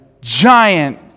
giant